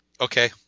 Okay